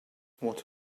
what